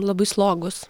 labai slogūs